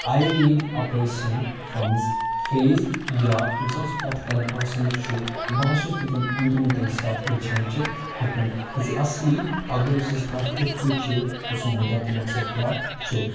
I read a person from his face یا ییٚمہِ ساتہٕ سُہ کَتھ کَران آسان چھُ بٕہَس چھُس تٔمۍ سُنٛد انٛدروٗن تَمہِ ساتہٕ چھٲنچِتھ ہٮ۪کان زِ اَصلی اگر أمۍ سٕںٛز کَتھ یِتھ کٔنۍ چھِ أمۍ سُنٛد مُدا تہٕ مقصد کیاہ چھُ